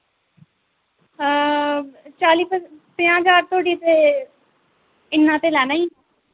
चाली प पञां ज्हार धोड़ी ते इन्ना ते लैना ही